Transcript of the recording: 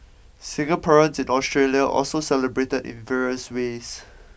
Singaporeans in Australia also celebrated in various ways